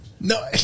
No